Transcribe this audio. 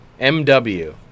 MW